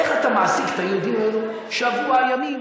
איך אתה מעסיק את היהודים האלה שבוע ימים: